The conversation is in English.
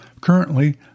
Currently